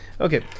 Okay